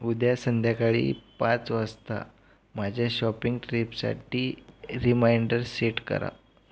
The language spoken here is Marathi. उद्या संध्याकाळी पाच वाजता माझ्या शॉपिंग ट्रिपसाठी रिमाइंडर सेट करा